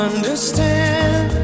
Understand